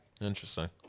Interesting